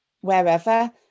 wherever